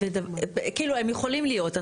כאילו, הם יכולים להיות.